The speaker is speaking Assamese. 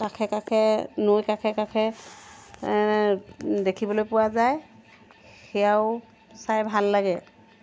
কাষে কাষে নৈ কাষে কাষে দেখিবলৈ পোৱা যায় সেইয়াও চাই ভাল লাগে